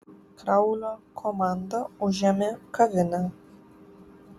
kraulio komanda užėmė kavinę